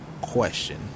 question